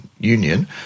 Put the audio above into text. Union